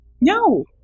No